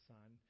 Son